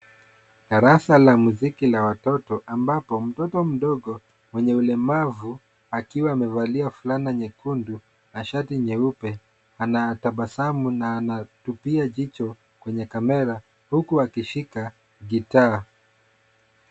Darasa la muziki la watoto ambapo mtoto mdogo mwenye ulemavu akiwa amevalia fulana nyekundu na shati nyeupe anatabasamu na anatupia jicho kwenye kamera huku akishika gita.